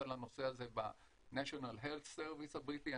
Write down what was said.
על הנושא הזה ב-National Health Service הבריטי,